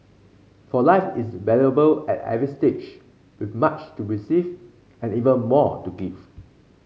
for life is valuable at every stage with much to receive and even more to give